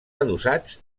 adossats